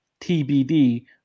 TBD